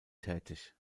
tätig